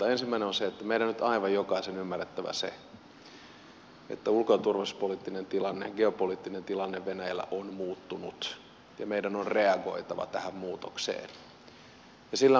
ensimmäinen on se että meidän on nyt aivan jokaisen ymmärrettävä se että ulko ja turvallisuuspoliittinen tilanne geopoliittinen tilanne venäjällä on muuttunut ja meidän on reagoitava tähän muutokseen ja sillä on seurausvaikutuksia